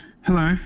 hello